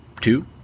Two